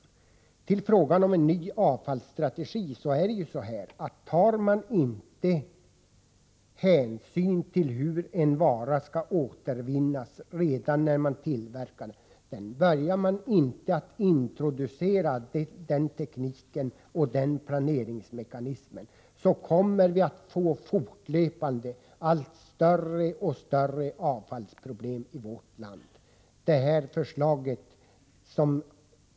Om man när det gäller frågan om en ny avfallsstrategi inte redan när man tillverkar en vara tar hänsyn till hur den skall återvinnas, dvs. om man inte introducerar den tekniken och den planeringsmekanismen, kommer vi fortlöpande att få allt större avfallsproblem i vårt land.